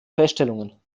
feststellungen